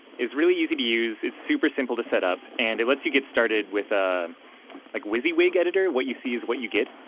really easy to use. it's super simple to setup, and it lets you get started with ah like wysiwyg editor, what you see is what you get,